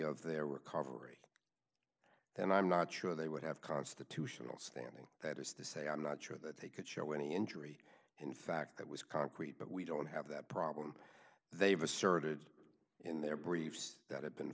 of their recovery then i'm not sure they would have constitutional standing that is to say i'm not sure that they could show any injury in fact that was concrete but we don't have that problem they have asserted in their briefs that have been